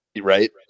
Right